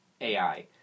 AI